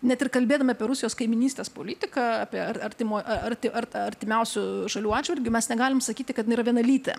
net ir kalbėdami apie rusijos kaimynystės politiką apie artimo arti ar artimiausių šalių atžvilgiu mes negalim sakyti kad jin yra vienalytė